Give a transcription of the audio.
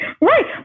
right